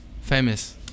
famous